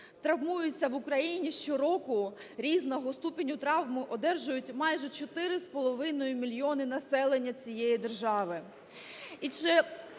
Травмуються в Україні щороку, різного ступеню травми одержують майже 4,5 мільйони населення цієї держави.